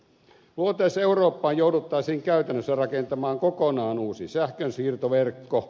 luoteis eurooppaan jouduttaisiin käytännössä rakentamaan kokonaan uusi sähkönsiirtoverkko